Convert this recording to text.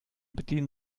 bedienen